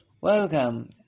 welcome